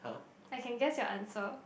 I can guess your answer